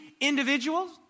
individuals